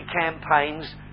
campaigns